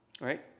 right